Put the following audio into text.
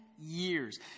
years